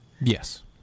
Yes